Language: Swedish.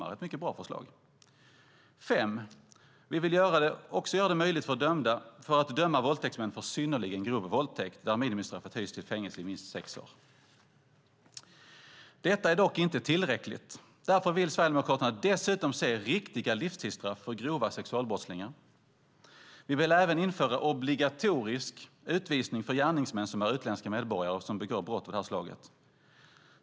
Det är ett mycket bra förslag. 5. Vi vill göra det möjligt att döma våldtäktsmän för synnerligen grov våldtäkt där minimistraffet höjs till fängelse i minst sex år. Detta är dock inte tillräckligt. Därför vill Sverigedemokraterna dessutom se riktiga livstidsstraff för grova sexualbrottslingar. Vi vill även införa obligatorisk utvisning för gärningsmän som är utländska medborgare och som begår brott av det här slaget.